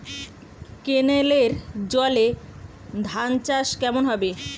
কেনেলের জলে ধানচাষ কেমন হবে?